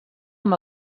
amb